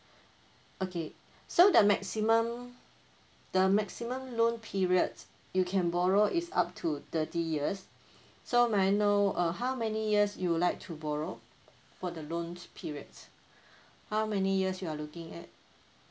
okay so the maximum the maximum loan periods you can borrow is up to thirty years so may I know uh how many years you would like to borrow for the loans periods how many years you are looking at